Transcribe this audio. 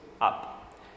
up